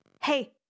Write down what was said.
Hey